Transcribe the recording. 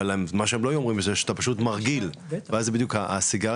אבל מה שהם לא אומרים שאתה פשוט מרגיל ואז הסיגריות